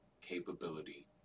capability